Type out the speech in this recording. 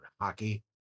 Hockey